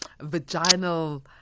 vaginal